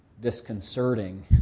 disconcerting